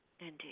Indeed